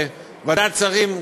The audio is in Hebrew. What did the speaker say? שוועדת שרים,